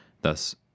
Thus